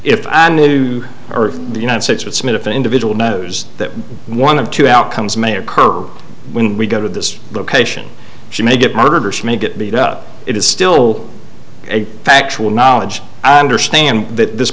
if a new earth the united states would submit if an individual knows that one of two outcomes may occur when we go to this location she may get murdered or she may get beat up it is still a factual knowledge i understand that this